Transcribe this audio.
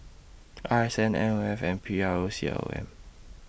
R S N M O F and P R O C O M